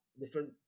different